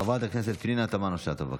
חברת הכנסת פנינה תמנו שטה, בבקשה.